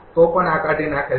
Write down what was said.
તો આ પણ કાઢી નાખેલ છે